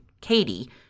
Katie